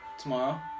Tomorrow